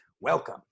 Welcome